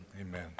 Amen